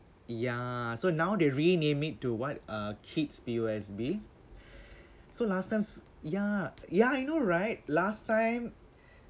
ya so now they renamed it to what uh kids P_O_S_B so last time s~ ya ya I know right last time